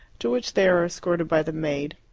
to which they are escorted by the maid.